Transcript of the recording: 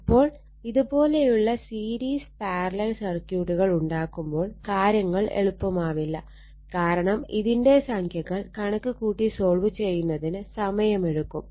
അപ്പോൾ ഇത് പോലെയുള്ള സീരീസ് പാരലൽ സർക്യൂട്ടുകൾ ഉണ്ടാക്കുമ്പോൾ കാര്യങ്ങൾ എളുപ്പമാവില്ല കാരണം ഇതിന്റെ സംഖ്യകൾ കണക്ക് കൂട്ടി സോൾവ് ചെയ്യുന്നതിന് സമയമെടുക്കും